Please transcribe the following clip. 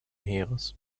heeres